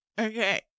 okay